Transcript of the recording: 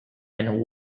and